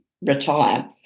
retire